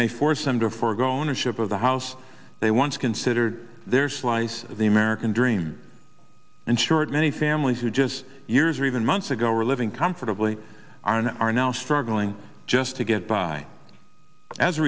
may force them to forego ownership of the house they want to considered their slice of the american dream in short many families who just years or even months ago are living comfortably are and are now struggling just to get by as a